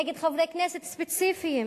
נגד חברי כנסת ספציפיים.